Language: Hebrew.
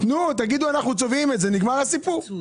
תגידו "אנחנו צובעים את זה", ונגמר הסיפור.